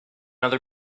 other